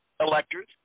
electors